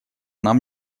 нам